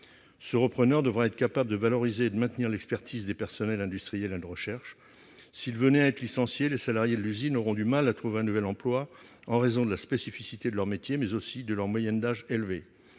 Ce repreneur devra être capable de valoriser et de maintenir l'expertise des personnels industriels et de recherche. Si les salariés de l'usine venaient à être licenciés, ils auraient du mal à trouver un nouvel emploi en raison de la spécificité de leur métier, mais aussi de leur moyenne d'âge élevée.